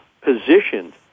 positioned